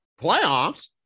playoffs